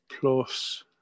plus